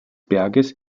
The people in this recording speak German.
berges